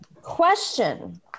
question